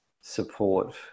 support